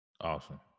awesome